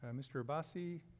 um mr abassi,